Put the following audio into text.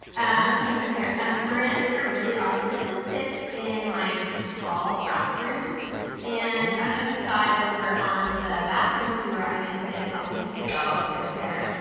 i'm just gonna trim here. um marantas are really awesome. this one sits in my hall bathroom and i don't know if you saw it over on the bathroom tour i just did a couple weeks ago, it's right here,